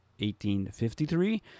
1853